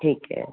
ਠੀਕ ਹੈ